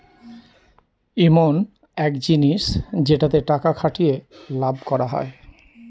ইমন এক জিনিস যেটাতে টাকা খাটিয়ে লাভ করা হয়